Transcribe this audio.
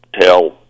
tell